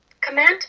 Command